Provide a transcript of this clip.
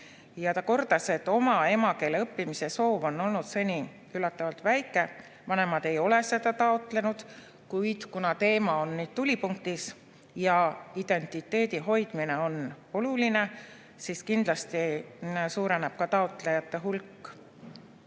Ta kordas, et oma emakeele õppimise soov on olnud seni üllatavalt väike, vanemad ei ole seda taotlenud, kuid kuna teema on tulipunktis ja identiteedi hoidmine on oluline, siis kindlasti suureneb ka taotlejate hulk.